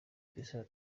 cristiano